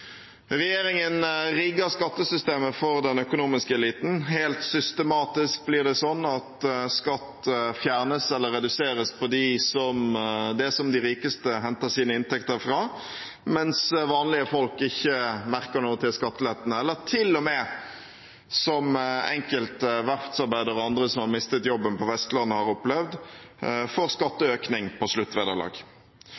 Regjeringen rigger skattesystemet for den økonomiske eliten. Helt systematisk blir det sånn at skatt fjernes eller reduseres på det som de rikeste henter sine inntekter fra, mens vanlige folk ikke merker noe til skattelettene, eller til og med, som enkelte verftsarbeidere og andre som har mistet jobben på Vestlandet, har opplevd, får